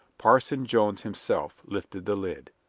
parson jones himself lifted the lid.